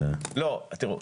לא, תראו,